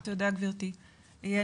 ככה-רווחה, פרקליטות, שלטון מקומי בזום.